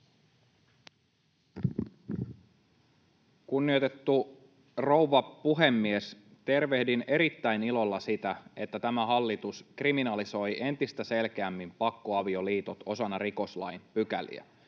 Kunnioitettu rouva puhemies! Tervehdin erittäin ilolla sitä, että tämä hallitus kriminalisoi entistä selkeämmin pakkoavioliitot osana rikoslain pykäliä,